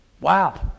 Wow